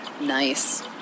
nice